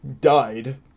died